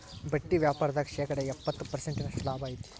ಬಟ್ಟಿ ವ್ಯಾಪಾರ್ದಾಗ ಶೇಕಡ ಎಪ್ಪ್ತತ ಪರ್ಸೆಂಟಿನಷ್ಟ ಲಾಭಾ ಐತಿ